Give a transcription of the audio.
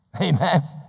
amen